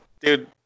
dude